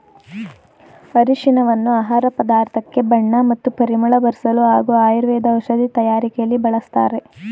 ಅರಿಶಿನವನ್ನು ಆಹಾರ ಪದಾರ್ಥಕ್ಕೆ ಬಣ್ಣ ಮತ್ತು ಪರಿಮಳ ಬರ್ಸಲು ಹಾಗೂ ಆಯುರ್ವೇದ ಔಷಧಿ ತಯಾರಕೆಲಿ ಬಳಸ್ತಾರೆ